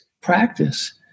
practice